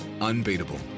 Unbeatable